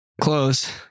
close